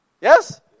Yes